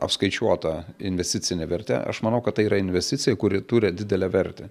apskaičiuotą investicinę vertę aš manau kad tai yra investicija kuri turi didelę vertę